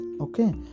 Okay